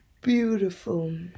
beautiful